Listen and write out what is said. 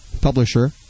publisher